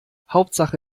hauptsache